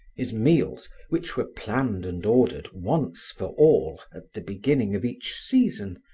his meals, which were planned and ordered once for all at the beginning of each season,